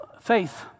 faith